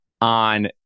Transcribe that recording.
on